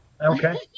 okay